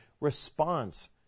response